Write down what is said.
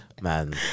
Man